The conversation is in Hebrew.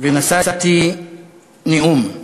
ונשאתי נאום.